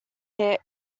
hit